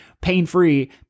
pain-free